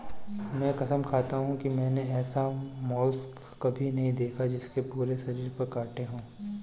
मैं कसम खाता हूँ कि मैंने ऐसा मोलस्क कभी नहीं देखा जिसके पूरे शरीर पर काँटे हों